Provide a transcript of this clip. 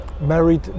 married